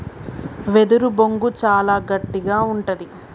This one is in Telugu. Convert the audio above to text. వెదురు బొంగు చాలా గట్టిగా ఉంటది